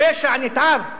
פשע נתעב בוצע,